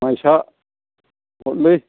माइसा हरलै